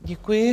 Děkuji.